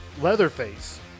Leatherface